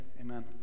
Amen